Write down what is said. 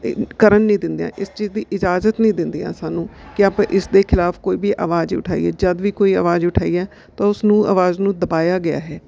ਅਤੇ ਕਰਨ ਨਹੀਂ ਦਿੰਦੀਆਂ ਇਸ ਚੀਜ਼ ਦੀ ਇਜਾਜ਼ਤ ਨਹੀਂ ਦਿੰਦੀਆਂ ਸਾਨੂੰ ਕਿ ਆਪਾਂ ਇਸ ਦੇ ਖਿਲਾਫ਼ ਕੋਈ ਵੀ ਆਵਾਜ਼ ਉਠਾਈਏ ਜਦੋਂ ਵੀ ਕੋਈ ਆਵਾਜ਼ ਉਠਾਈ ਹੈ ਤਾਂ ਉਸ ਨੂੰ ਆਵਾਜ਼ ਨੂੰ ਦਬਾਇਆ ਗਿਆ ਹੈ